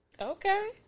Okay